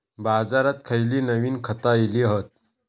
बाजारात खयली नवीन खता इली हत?